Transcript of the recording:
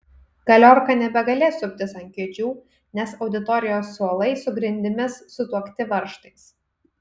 galiorka nebegalės suptis ant kėdžių nes auditorijos suolai su grindimis sutuokti varžtais